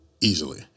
easily